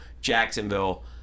Jacksonville